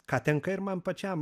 ką tenka ir man pačiam